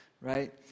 right